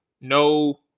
no